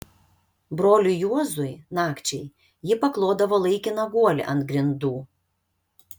broliui juozui nakčiai ji paklodavo laikiną guolį ant grindų